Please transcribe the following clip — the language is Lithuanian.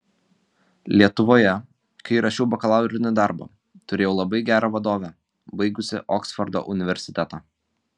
lietuvoje kai rašiau bakalaurinį darbą turėjau labai gerą vadovę baigusią oksfordo universitetą